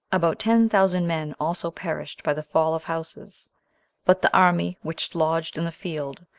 about ten thousand men also perished by the fall of houses but the army, which lodged in the field,